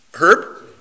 Herb